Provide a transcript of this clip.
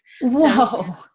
Whoa